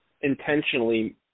intentionally